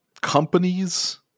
companies